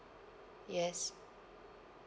yes